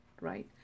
right